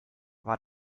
war